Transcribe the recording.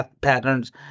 patterns